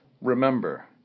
Remember